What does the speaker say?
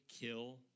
kill